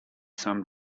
some